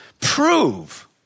prove